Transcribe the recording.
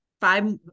five